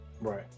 right